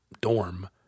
dorm